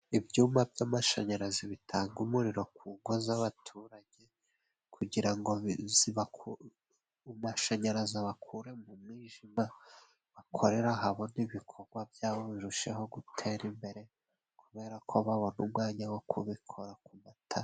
Ibyuma by'amashanyarazi bitanga umuriro ku ngo z'abaturage kugira ngo biziba amashanyarazi abakure mu mwijima, bakorere ahabona ibikorwa byabo birusheho gutera imbere kuberako babona umwanya wo kubikora ku matara.